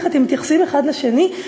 איך אתם מתייחסים האחד לשני?